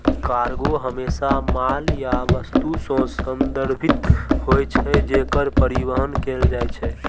cargo हमेशा माल या वस्तु सं संदर्भित होइ छै, जेकर परिवहन कैल जाइ छै